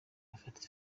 bafata